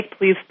Please